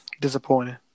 Disappointing